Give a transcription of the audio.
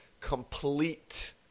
Complete